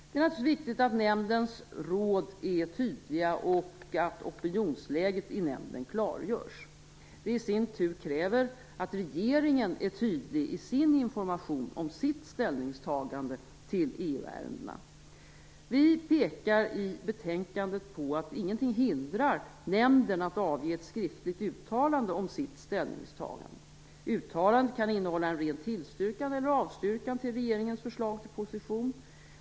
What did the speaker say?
Det är naturligtvis viktigt att nämndens råd är tydliga och att opinionsläget i nämnden klargörs. Det i sin tur kräver att regeringen är tydlig i sin information om sitt ställningstagande till EU-ärendena. Vi pekar i betänkandet på att ingenting hindrar nämnden från att avge ett skriftligt uttalande om sitt ställningstagande. Det kan innehålla en ren tillstyrkan eller avstyrkan till regeringens förslag till position.